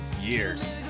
years